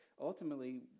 ultimately